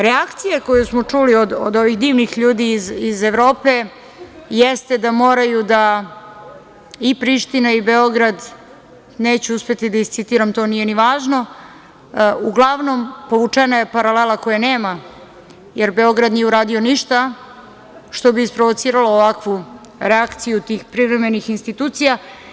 Reakcija koju smo čuli od ovih divnih ljudi iz Evrope, jeste da moraju da i Priština i Beograd, neću uspeti da iscitiram, to nije ni važno, uglavnom povučena je paralela koja nema, jer Beograd nije uradio ništa, što bi isprovociralo ovakvu reakciju tih privremenih institucija.